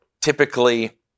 typically